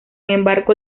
embargo